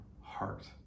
heart